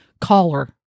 caller